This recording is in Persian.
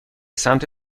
سمت